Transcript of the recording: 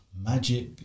Magic